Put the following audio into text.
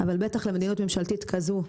אבל בטח למדיניות ממשלתית כזו,